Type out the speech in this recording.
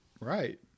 Right